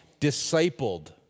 discipled